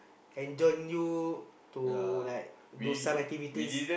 anD_Join you to like do some activities